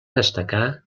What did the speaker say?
destacar